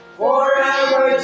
forever